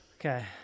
okay